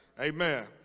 Amen